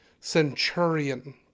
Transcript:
centurion